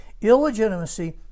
Illegitimacy